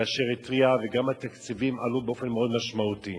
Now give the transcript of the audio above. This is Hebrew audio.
כאשר התריע, וגם התקציבים עלו באופן מאוד משמעותי.